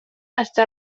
està